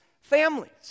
families